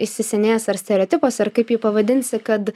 įsisenėjęs stereotipas ar kaip jį pavadinsi kad